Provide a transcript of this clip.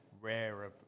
rare